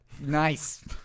Nice